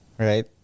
Right